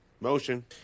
Motion